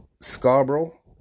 Scarborough